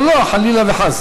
לא, לא, חלילה וחס.